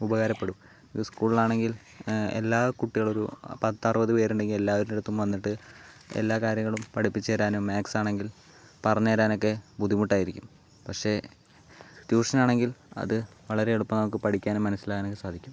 ഉപകാരപ്പെടും ഇത് സ്കൂളിൽ ആണെങ്കിൽ എല്ലാ കുട്ടികൾ ഒരു പത്ത് അറുപത് പേരുണ്ടെങ്കിൽ എല്ലാവരുടെ അടുത്തും വന്നിട്ട് എല്ലാ കാര്യങ്ങളും പഠിപ്പിച്ചു തരാനും മാത്സ് ആണെങ്കിൽ പറഞ്ഞു തരാൻ ഒക്കെ ബുദ്ധിമുട്ടായിരിക്കും പക്ഷേ ട്യൂഷൻ ആണെങ്കിൽ അത് വളരെ എളുപ്പം നമുക്ക് പഠിക്കാനും മനസ്സിലാക്കാനും ഒക്കെ സാധിക്കും